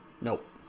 Nope